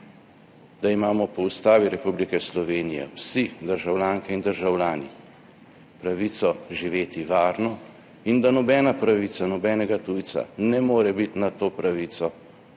da imamo po Ustavi Republike Slovenije vsi državljanke in državljani pravico živeti varno in da nobena pravica nobenega tujca ne more biti nad to pravico,